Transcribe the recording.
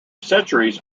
centuries